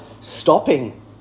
stopping